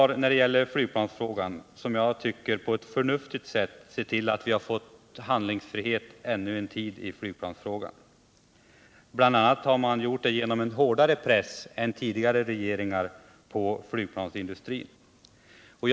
Regeringen har i flygplansfrågan på ett som jag tycker förnuftigt sätt sett till att vi har fått handlingsfrihet ännu en tid. Regeringen har gjort detta bl.a. genom en hårdare press på flygplansindustrin än tidigare regering tillämpat.